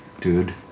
dude